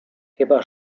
chyba